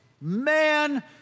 man